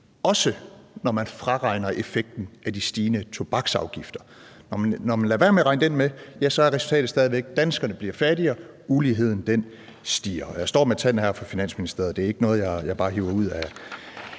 også når man fraregner effekten af de stigende tobaksafgifter. Når man lader være med at regne den med, er resultatet stadig væk, at danskerne bliver fattigere, og at uligheden stiger. Jeg står her med tallene fra Finansministeriet; det er ikke noget, jeg bare hiver ud af